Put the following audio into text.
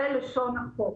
זה לשון החוק,